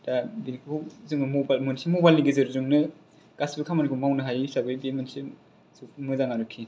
दा बेखौ जोङो मोनसे मबाइलनि गेजेरजोंनो गासिबो खामानिखौ मावनो हायो हिसाबै बे मोनसे मोजां आरोखि